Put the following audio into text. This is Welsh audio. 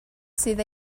sydd